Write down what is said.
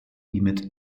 emit